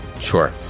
Sure